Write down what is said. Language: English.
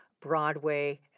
Broadway